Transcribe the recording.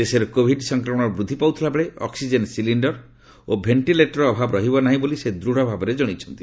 ଦେଶରେ କୋଭିଡ ସଂକ୍ରମଣ ବୃଦ୍ଧି ପାଉଥିଲାବେଳେ ଅକ୍ସିଜେନ୍ ସିଲିଣ୍ଡର ଓ ଭେଷ୍ଟିଲେଟରର ଅଭାବ ରହିବ ନାହିଁ ବୋଲି ସେ ଦୂଢ଼ ଭାବରେ ଜଣାଇଛନ୍ତି